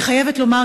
אני חייבת לומר,